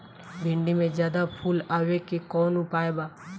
भिन्डी में ज्यादा फुल आवे के कौन उपाय बा?